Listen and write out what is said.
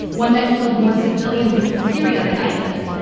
one that killed more civilians in syria than isis,